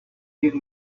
give